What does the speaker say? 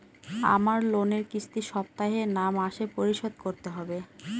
আমার লোনের কিস্তি সপ্তাহে না মাসে পরিশোধ করতে হবে?